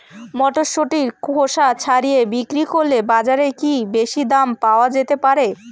মটরশুটির খোসা ছাড়িয়ে বিক্রি করলে বাজারে কী বেশী দাম পাওয়া যেতে পারে?